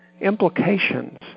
implications